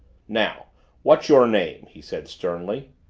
now what's your name? he said sternly.